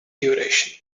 duration